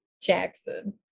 Jackson